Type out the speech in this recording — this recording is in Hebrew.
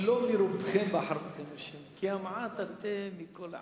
כי לא מרובכם בחר בכם השם, כי המעט אתם מכל העמים.